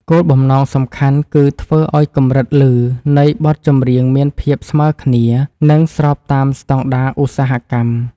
គោលបំណងសំខាន់គឺធ្វើឱ្យកម្រិតឮនៃបទចម្រៀងមានភាពស្មើគ្នា និង ស្របតាមស្ដង់ដារឧស្សាហកម្ម។